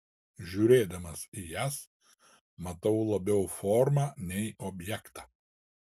žiūrėdamas į jas matau labiau formą nei objektą